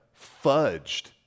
fudged